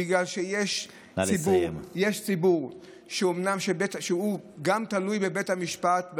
בגלל שיש ציבור שאומנם הוא גם תלוי בבית המשפט,